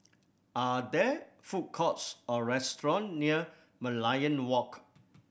are there food courts or restaurant near Merlion Walk